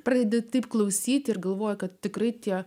pradedi taip klausyti ir galvoja kad tikrai tie